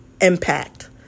Impact